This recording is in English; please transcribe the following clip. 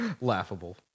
laughable